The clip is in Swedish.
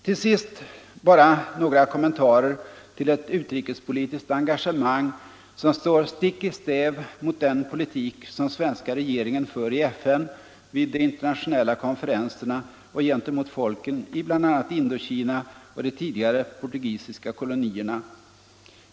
Till sist bara några kommentarer till ett utrikespolitiskt engagemang som står stick i stäv mot den politik som svenska regeringen för i FN, vid de internationella konferenserna och gentemot folken i bl.a. Indokina och de tidigare portugisiska kolonierna.